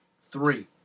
Three